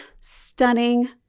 Stunning